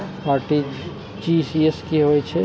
RTGS की होय छै